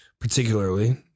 particularly